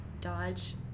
Dodge